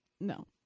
No